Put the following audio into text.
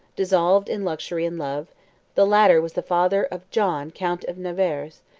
dissolved in luxury and love the latter was the father of john count of nevers,